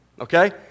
Okay